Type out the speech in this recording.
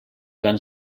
van